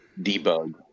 debug